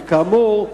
וכאמור,